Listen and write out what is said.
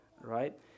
right